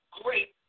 great